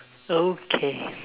okay